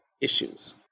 issues